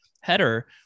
header